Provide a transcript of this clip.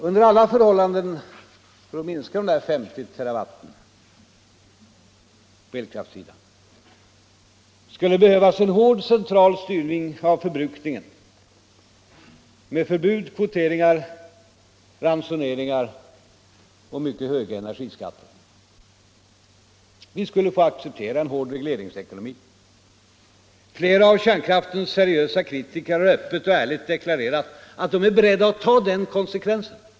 Under alla förhållanden skulle det — för att minska de 50 terawatten på elkraftssidan — behövas en hård central styrning av förbrukningen med förbud, kvoteringar, ransoneringar och mycket höga energiskatter. Vi skulle få acceptera en hård regleringsekonomi. Flera av kärnkraftens seriösa kritiker har öppet och ärligt deklarerat att de är beredda att ta den konsekvensen.